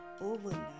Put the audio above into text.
overnight